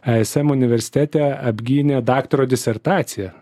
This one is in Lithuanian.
ai es em universitete apgynė daktaro disertaciją